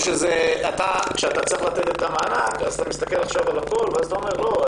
או שכאשר אתה צריך לתת את המענק אז אתה מסתכל על הכול ואז אתה אומר: לא,